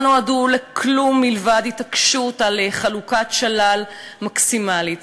נועדו לכלום מלבד התעקשות על חלוקת שלל מקסימלית.